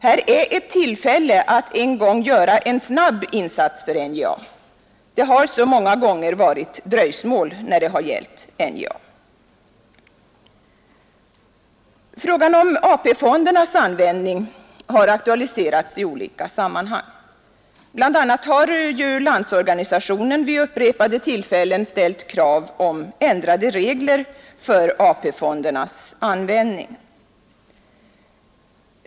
Här är ett tillfälle att en gång göra en snabb insats för NJA. Det har så många gånger förekommit dröjsmål i samband med NJA:s verksamhet. Frågan om AP-fondernas användning har aktualiserats i olika sammanhang. Bl. a. har Landsorganisationen vid upprepade tillfällen ställt krav om ändrade regler för AP-fondernas användning.